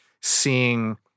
seeing